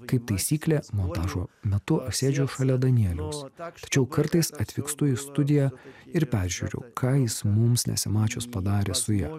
kaip taisyklė montažo metu aš sėdžiu šalia danieliaus tačiau kartais atvykstu į studiją ir peržiūriu ką jis mums nesimačius padarė su ja